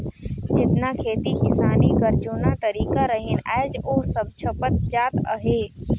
जेतना खेती किसानी कर जूना तरीका रहिन आएज ओ सब छपत जात अहे